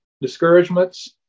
discouragements